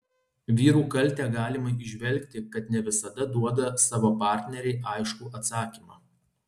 vyrų kaltę galima įžvelgti kad ne visada duoda savo partnerei aiškų atsakymą